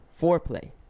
foreplay